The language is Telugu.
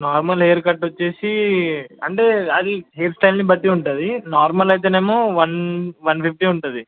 నార్మల్ హెయిర్ కట్ వచ్చేసి అంటే అది హెయిర్ స్టైల్ని బట్టి ఉంటుంది నార్మల్ అయితేనేమో వన్ వన్ ఫిఫ్టీ ఉంటుంది